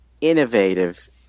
innovative